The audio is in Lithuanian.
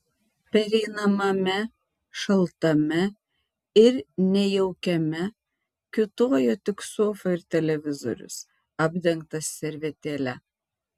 pereinamame šaltame ir nejaukiame kiūtojo tik sofa ir televizorius apdengtas servetėle